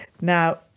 Now